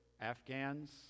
afghans